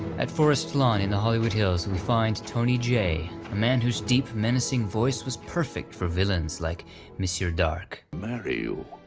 at forest lawn in the hollywood hills we find tony jay, a man whose deep menacing voice was perfect for villains like monsieur d'arque. marry you?